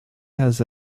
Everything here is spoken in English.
has